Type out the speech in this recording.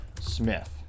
Smith